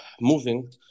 moving